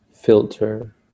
filter